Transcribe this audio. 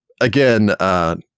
again